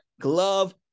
Glove